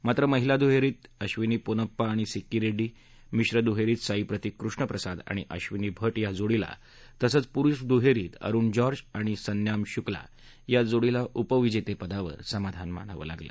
मात्र महिला दुहेरीत अश्विनी पोनप्पा आणि सिक्की रेड्डी मिश्र दुहेरीत साईप्रतिक कृष्णप्रसाद आणि अश्विनी भट या जोडीला तसंच पुरुष दुहेरीत अरुण जॉर्ज आणि सन्याम शुक्ला या जोडीला उपविजेतेपदावर समाधान मानावं लागलं